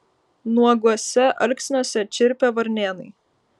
nuoguose alksniuose čirpė varnėnai